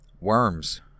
Worms